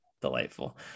delightful